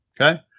Okay